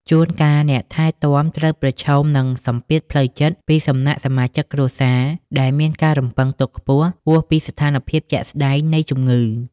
ជួនកាល អ្នកថែទាំត្រូវប្រឈមនឹងសម្ពាធផ្លូវចិត្តពីសំណាក់សមាជិកគ្រួសារ ដែលមានការរំពឹងទុកខ្ពស់ហួសពីស្ថានភាពជាក់ស្តែងនៃជំងឺ។